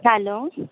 hello